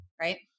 right